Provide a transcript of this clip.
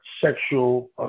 sexual